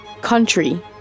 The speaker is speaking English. Country